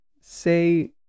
say